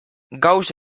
gauss